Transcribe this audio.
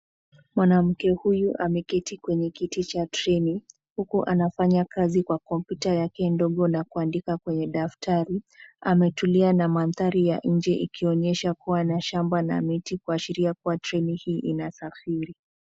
Mwanamke huyu ameketi kwenye kiti cha treni huku anafanya kazi kwa kompyuta yake ndogo na kuandika kwenye daftrai. Ametulia na mandhari ya nje ikionyesha kuwa ya shamba la miti kuashiria kuwa treni hii inasafiri.